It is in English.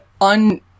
un